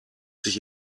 sich